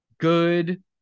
good